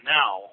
now